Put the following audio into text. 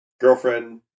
girlfriend